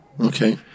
Okay